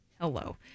Hello